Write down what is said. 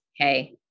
okay